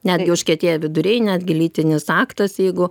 netgi užkietėja viduriai netgi lytinis aktas jeigu